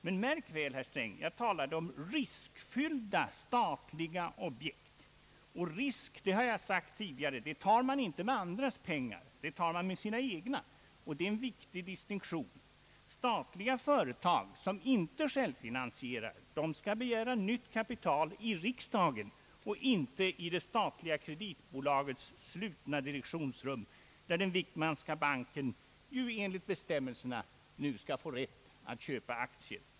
Men märk väl, herr Sträng, jag talade om riskfyllda statliga objekt. Och risk, det har jag sagt tidigare, tar man inte med andras pengar, det tar man med sina egna. Detta är en viktig distinktion. Statliga företag som inte självfinansieras skall begära nytt kapital i riksdagen och inte i det statliga kreditbolagets slutna direktionsrum, där den Wickmanska banken enligt bestämmelserna nu skall få rätt att köpa aktier.